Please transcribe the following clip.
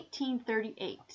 1838